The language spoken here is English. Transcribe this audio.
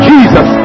Jesus